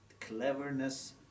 Cleverness